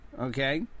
Okay